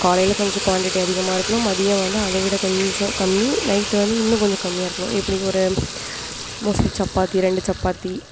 காலையில் கொஞ்சம் குவான்டிட்டி அதிகமாக இருக்கணும் மதியம் வந்து அதை விட கொஞ்சம் கம்மி நைட் வந்து இன்னும் கொஞ்சம் கம்மியாக இருக்கணும் எப்படி ஒரு மோஸ்ட்லி சப்பாத்தி ரெண்டு சப்பாத்தி